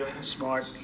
smart